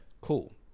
Cool